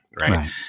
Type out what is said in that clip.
Right